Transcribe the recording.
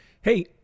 Hey